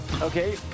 Okay